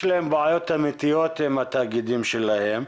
להם בעיות אמיתיות עם התאגידים שלהם.